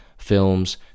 films